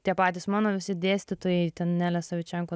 tie patys mano visi dėstytojai ten nelė savičenko